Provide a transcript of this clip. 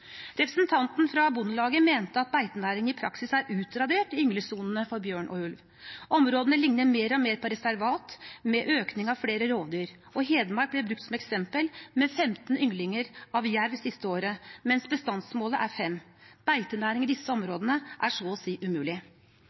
Representanten fra Bondelaget mente at beitenæring i praksis er utradert i ynglesonene for bjørn og ulv. Områdene «ligner mer og mer på et reservat», med økning av flere rovdyr, og Hedmark ble brukt som eksempel, med femten ynglinger av jerv det siste året, mens bestandsmålet er fem. Beitenæring i disse områdene er så å si umulig.